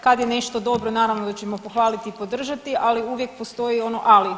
Kad je nešto dobro, naravno da ćemo pohvaliti i podržati, ali uvijek postoji ono ali.